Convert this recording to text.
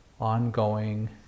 ongoing